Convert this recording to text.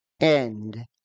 end